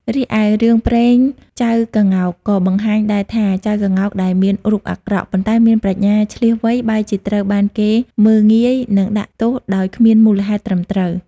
រីឯរឿងព្រេង ចៅក្ងោក ក៏បង្ហាញដែរថា ចៅក្ងោកដែលមានរូបអាក្រក់ ប៉ុន្តែមានប្រាជ្ញាឈ្លាសវៃ បែរជាត្រូវបានគេមើលងាយ និងដាក់ទោសដោយគ្មានមូលហេតុត្រឹមត្រូវ។